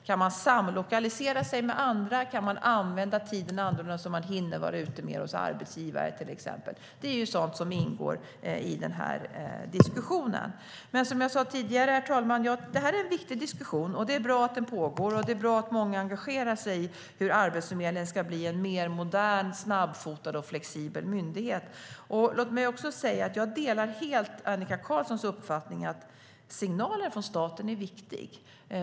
Kan man samlokalisera sig med andra? Kan man använda tiden annorlunda så att man till exempel hinner vara ute mer hos arbetsgivare? Det är sådant som ingår i diskussionen. Det här är en viktig diskussion, och det är bra att den pågår. Det är bra att många engagerar sig i hur Arbetsförmedlingen ska bli en mer modern, snabbfotad och flexibel myndighet. Låt mig också säga att jag helt delar Annika Qarlssons uppfattning att signaler från staten är viktiga.